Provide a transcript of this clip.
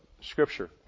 Scripture